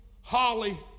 Holly